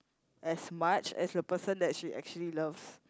as much as the person that she actually love